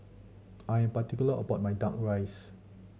I am particular about my Duck Rice